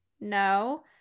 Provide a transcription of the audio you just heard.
no